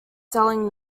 selling